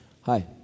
Hi